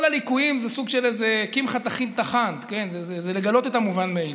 כל הליקויים זה סוג של איזה "קמחא טחינא טחינת" לגלות את המובן מאליו.